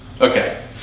Okay